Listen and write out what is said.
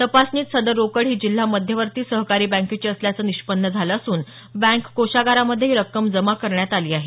तपासणीत सदर रोकड ही जिल्हा मध्यवर्ती सहकारी बँकेची असल्याचं निष्पन्न झालं असून बँक कोषागारमध्ये ही रक्कम जमा करण्यात आली आहे